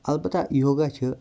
البتہ یوگا چھ